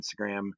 Instagram